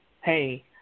hey